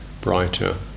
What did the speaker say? brighter